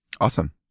Awesome